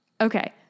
Okay